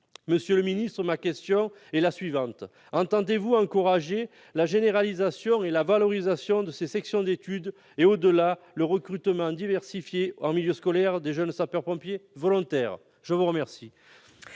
Monsieur le ministre, ma question est la suivante : entendez-vous encourager la généralisation et la valorisation de ces sections d'études et, au-delà, le recrutement diversifié en milieu scolaire de jeunes sapeurs-pompiers volontaires ? La parole